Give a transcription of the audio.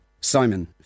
Simon